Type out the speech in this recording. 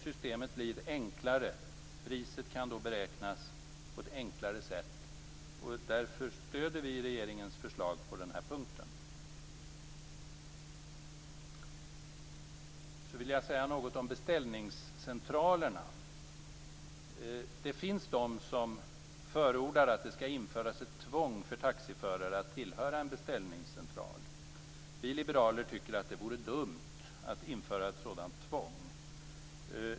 Systemet blir enklare, och priset kan därmed beräknas på ett enklare sätt. Därför stöder vi regeringens förslag på den punkten. Jag vill också säga något om beställningscentralerna. Det finns de som förordar att ett tvång skall införas för taxiförare att tillhöra en beställningscentral. Vi liberaler tycker att det vore dumt att införa ett sådant tvång.